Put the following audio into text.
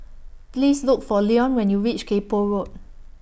Please Look For Leon when YOU REACH Kay Poh Road